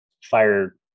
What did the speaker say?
fire